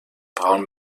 braun